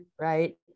right